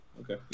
Okay